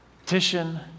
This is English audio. petition